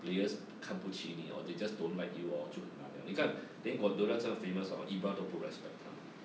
players 看不起你 or they just don't like you orh 你看 then got dora 这样 famous hor ibrah 都不 respect 他